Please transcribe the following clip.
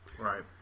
Right